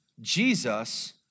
Jesus